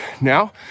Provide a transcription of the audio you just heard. now